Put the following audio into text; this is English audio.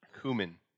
Cumin